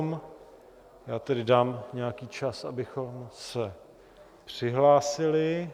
Já tedy dám nějaký čas, abychom se přihlásili.